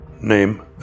name